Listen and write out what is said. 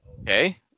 okay